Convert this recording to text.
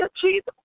Jesus